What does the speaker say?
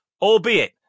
albeit